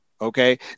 Okay